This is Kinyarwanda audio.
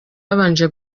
yabanje